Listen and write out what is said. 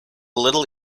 little